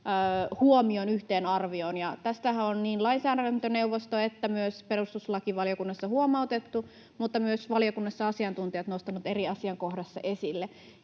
huomioon yhteen arvioon. Tästähän on niin lainsäädäntöneuvostossa kuin myös perustuslakivaliokunnassa huomautettu, ja tämän ovat myös valiokunnassa asiantuntijat nostaneet eri asiakohdissa esille.